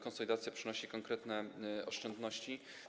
Konsolidacja przynosi konkretne oszczędności.